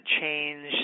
change